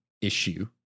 issue